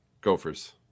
Gophers